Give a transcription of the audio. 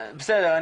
בסדר,